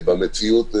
במציאות.